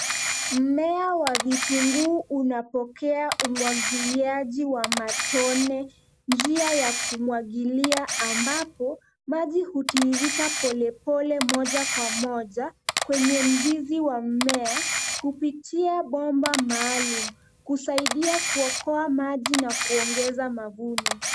Mmea wa vitunguu unapokea umwagiliaji wa matone, njia ya kumwagilia ambapo maji hutiririka polepole moja kwa moja kwenye mzizi wa mmea kupitia bomba maalum, kusaidia kuokoa maji na kuongeza mavuno.